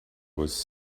was